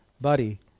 buddy